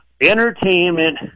entertainment